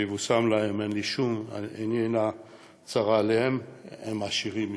שיבושם להם, עיני אינה צרה, הם עשירים יותר.